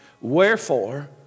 Wherefore